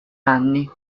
anni